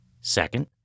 Second